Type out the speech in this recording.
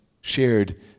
shared